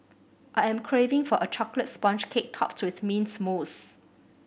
I am craving for a chocolate sponge cake topped with mint mousse